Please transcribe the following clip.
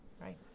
Right